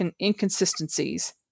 inconsistencies